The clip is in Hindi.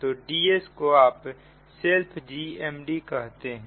तो Dsको आप सेल्फ GMD कहते हैं